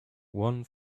one